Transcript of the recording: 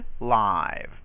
live